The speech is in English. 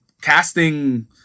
casting